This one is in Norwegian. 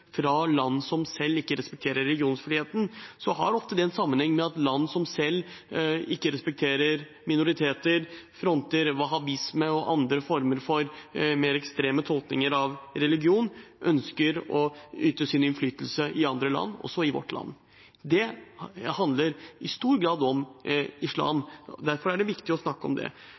fra land som selv ikke respekterer religionsfrihet, så har det ofte en sammenheng med at land som selv ikke respekterer minoriteter, som fronter wahhabisme og andre, mer ekstreme, tolkninger av religionen, ønsker å øve innflytelse på andre land, også vårt land. Det handler i stor grad om islam, og derfor er det viktig å snakke om det.